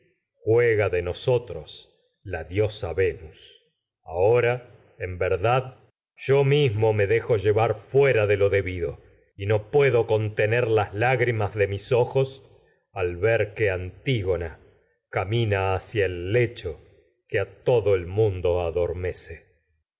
juega yo de nosotros me la diosa venus ahora en ver y no dad mismo dejo llevar fuera de lo debido puedo contener las lágrimas el de mis que ojos a al ver que antigona camina adormece hacia lecho todo el mundo